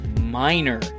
minor